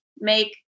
make